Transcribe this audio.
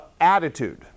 attitude